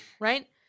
Right